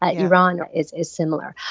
ah iran is is similar.